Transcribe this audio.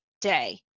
day